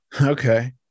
Okay